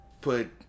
put